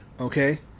okay